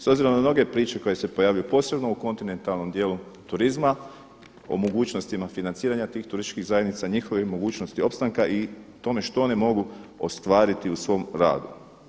S obzirom na mnoge priče koje se pojavljuju posebno u kontinentalnom djelu turizma o mogućnostima financiranja tih turističkih zajednica, njihove mogućnosti opstanka i tome što one mogu ostvariti u svom radu.